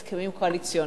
הסכמים קואליציוניים.